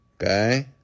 Okay